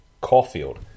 Caulfield